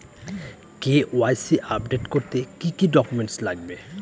KYC update করতে কি কি ডকুমেন্টস লাগবে?